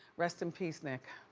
rest in peace, nick.